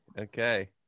okay